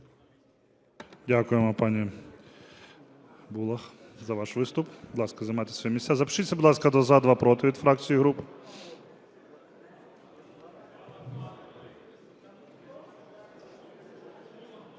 Дякуємо, пані Булах, за ваш виступ. Будь ласка, займайте свої місця. Запишіться, будь ласка: два – за, два – проти, від фракцій і груп.